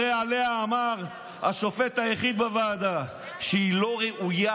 הרי עליה אמר השופט היחיד בוועדה שהיא לא ראויה.